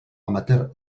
amateur